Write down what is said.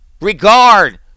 Regard